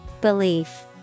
Belief